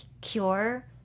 cure